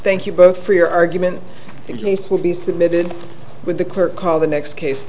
thank you both for your argument the case will be submitted with the clerk call the next case